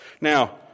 Now